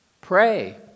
pray